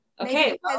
okay